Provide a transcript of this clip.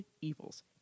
evils